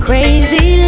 Crazy